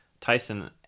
Tyson